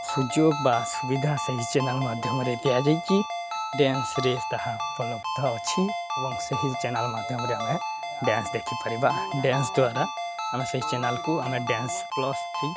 ସୁଯୋଗ ବା ସୁବିଧା ସେହି ଚ୍ୟାନେଲ୍ ମାଧ୍ୟମରେ ଦିଆଯାଇଛି ଡ୍ୟାନ୍ସରେ ତାହା ଉପଲବ୍ଧ ଅଛି ଏବଂ ସେହି ଚ୍ୟାନେଲ୍ ମାଧ୍ୟମରେ ଆମେ ଡ୍ୟାନ୍ସ ଦେଖିପାରିବା ଡ୍ୟାନ୍ସ ଦ୍ୱାରା ଆମେ ସେଇ ଚ୍ୟାନେଲ୍କୁ ଆମେ ଡ୍ୟାନ୍ସ ପ୍ଲସ୍ ଥ୍ରୀ